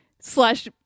slash